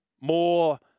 more